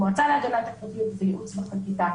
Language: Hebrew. המועצה להגנת הפרטיות וייעוץ וחקיקה.